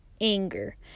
anger